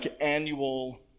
annual